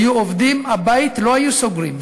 היו עובדים, הבית, לא היו סוגרים.